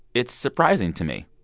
it's surprising to me.